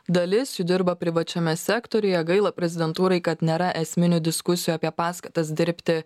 dalis jų dirba privačiame sektoriuje gaila prezidentūrai kad nėra esminių diskusijų apie paskatas dirbti